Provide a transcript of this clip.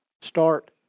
Start